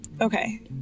Okay